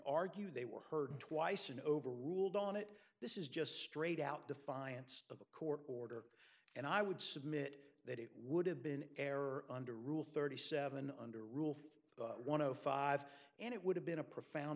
argue they were heard twice and over ruled on it this is just straight out defiance of a court order and i would submit that it would have been error under rule thirty seven under rule from one of five and it would have been a profound